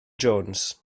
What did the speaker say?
jones